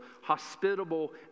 hospitable